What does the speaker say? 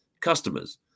customers